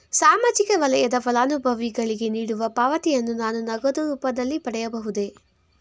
ಸಾಮಾಜಿಕ ವಲಯದ ಫಲಾನುಭವಿಗಳಿಗೆ ನೀಡುವ ಪಾವತಿಯನ್ನು ನಾನು ನಗದು ರೂಪದಲ್ಲಿ ಪಡೆಯಬಹುದೇ?